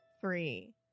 three